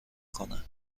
کنن